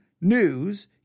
news